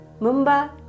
Mumba